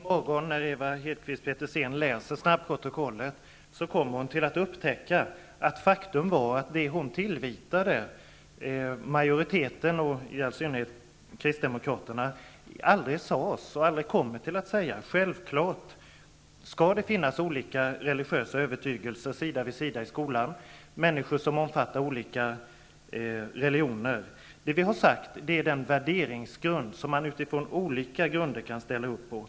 Herr talman! När Ewa Hedkvist Petersen läser snabbprotokollet kommer hon att upptäcka att det hon tillvitade majoriteten och i all synnerhet kristdemokratera aldrig sades och aldrig kommer att sägas. Självfallet skall det finnas olika religiösa övertygelser sida vid sida i skolan och människor som omfattar olika religioner. Det vi har tagit upp är den värderingsgrund som man utifrån olika grunder kan ställa upp för.